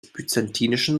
byzantinischen